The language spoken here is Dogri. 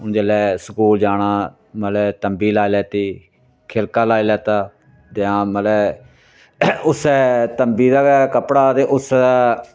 हून जेल्लै स्कूल जाना मतलब तम्बी लाई लैती खिलका लाई लैता जां मतलब ऐ उस्सै तम्बी दा गै कपड़ा ते उस्सै